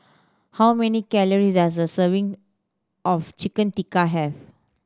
how many calories does a serving of Chicken Tikka have